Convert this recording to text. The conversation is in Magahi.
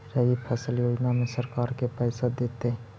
रबि फसल योजना में सरकार के पैसा देतै?